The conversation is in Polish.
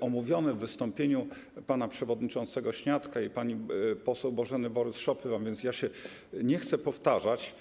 omówione w wystąpieniu pana przewodniczącego Śniadka i pani poseł Bożeny Borys-Szopy, a więc nie chcę się powtarzać.